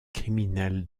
criminel